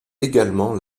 également